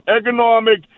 economic